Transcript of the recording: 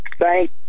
thank